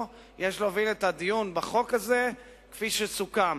יש להוביל את הדיון בחוק הזה כפי שסוכם.